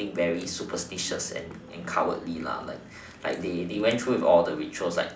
very superstitious and cowardly lah like they they went through with all the rituals like